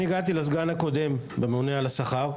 אני הגעתי לסגן הקודם בממונה על השכר,